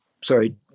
sorry